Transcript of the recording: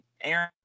Aaron